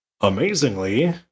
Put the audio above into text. amazingly